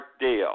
deal